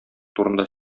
турында